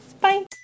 Bye